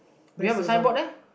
do you have a sign board